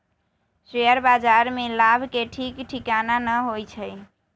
share बाजार में लाभ के ठीक ठिकाना न होइ छइ